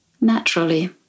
naturally